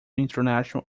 international